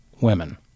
women